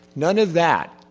none of that,